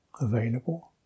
available